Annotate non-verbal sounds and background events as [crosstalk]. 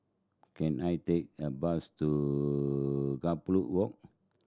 can I take a bus to [unintelligible] Walk